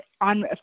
on